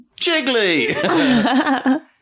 Jiggly